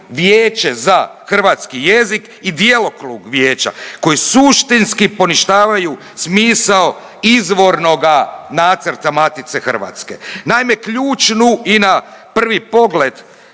Vijeće za hrvatski jezik i djelokrug vijeća koji suštinski poništavaju smisao izvornoga nacrta Matice Hrvatske. Naime, ključnu i na prvi pogled